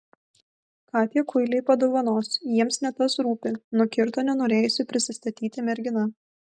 ką tie kuiliai padovanos jiems ne tas rūpi nukirto nenorėjusi prisistatyti mergina